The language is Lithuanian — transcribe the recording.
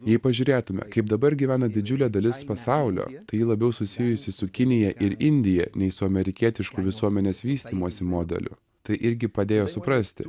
jei pažiūrėtume kaip dabar gyvena didžiulė dalis pasaulio tai ji labiau susijusi su kinija ir indija nei su amerikietišku visuomenės vystymosi modeliu tai irgi padėjo suprasti